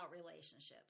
relationships